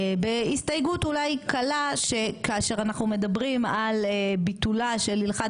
בהסתייגות אולי קלה שכאשר אנחנו מדברים על ביטולה של הלכת